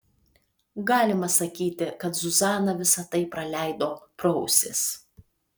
galima sakyti kad zuzana visa tai praleido pro ausis